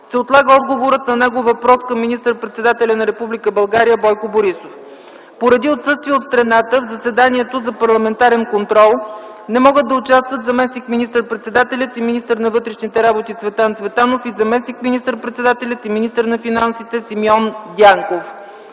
се отлага отговорът на негов въпрос към министър - председателя на Република България Бойко Борисов. Поради отсъствие от страната в заседанието за парламентарен контрол не могат да участват заместник министър - председателят и министър на вътрешните работи Цветан Цветанов и заместник министър - председателят и министър на финансите Симеон Дянков.